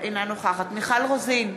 אינה נוכחת מיכל רוזין,